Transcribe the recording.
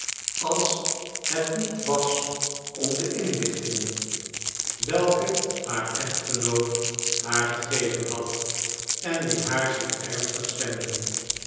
als het niet was om de inlichtingen welke haar echtgenoot haar gegeven had en die haar zeer ernstig stemden